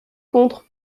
contre